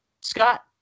Scott